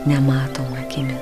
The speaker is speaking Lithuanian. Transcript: nematoma akimi